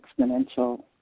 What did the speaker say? exponential